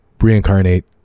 reincarnate